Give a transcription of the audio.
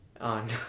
on